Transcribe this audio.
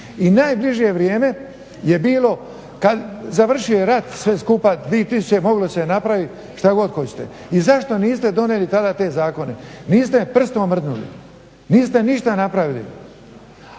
I najbliže vrijeme je bilo kad završio je rat, sve skupa, moglo se napraviti što god hoćete. I zašto niste donijeli tada te zakone? Niste prstom mrdnuli, niste ništa napravili!